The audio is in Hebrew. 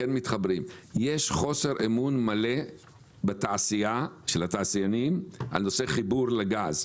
יש חוסר אמון מלא בתעשייה של התעשיינים בנושא החיבור לגז.